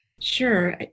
Sure